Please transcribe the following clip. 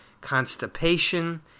constipation